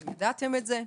אתם ידעתם את זה.